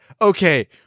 Okay